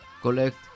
collect